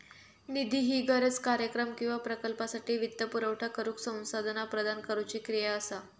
निधी ही गरज, कार्यक्रम किंवा प्रकल्पासाठी वित्तपुरवठा करुक संसाधना प्रदान करुची क्रिया असा